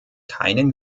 keinen